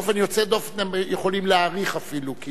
באופן יוצא דופן אתם יכולים להאריך אפילו.